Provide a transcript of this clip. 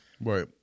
right